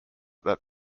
that